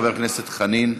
חבר הכנסת חנין,